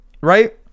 right